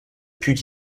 put